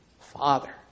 Father